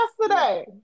yesterday